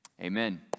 amen